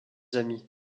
amis